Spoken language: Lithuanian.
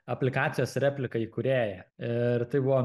aplikacijos replika įkūrėja ir tai buvo